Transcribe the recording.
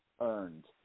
earned